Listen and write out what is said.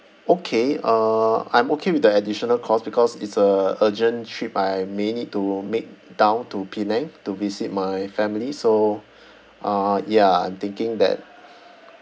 okay uh I'm okay with the additional cost because it's a urgent trip I may need to make down to penang to visit my family so uh ya I'm thinking that